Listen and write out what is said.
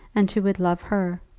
and who would love her.